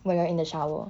when you're in the shower